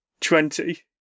Twenty